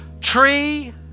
tree